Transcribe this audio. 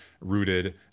rooted